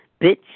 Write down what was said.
Bitch